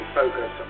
focus